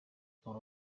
for